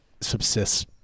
subsists